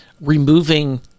removing